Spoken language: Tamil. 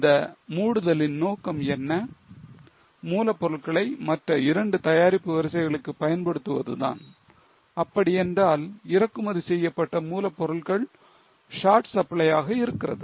இந்த மூடுதலின் நோக்கம் என்ன மூலப்பொருள்களை மற்ற இரண்டு தயாரிப்பு வரிசைகளுக்கு பயன்படுத்துவதுதான் அப்படி என்றால் இறக்குமதி செய்யப்பட்ட மூலப்பொருள்கள் short supply யாக இருக்கிறது